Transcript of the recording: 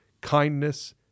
kindness